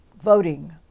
voting